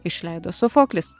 išleido sofoklis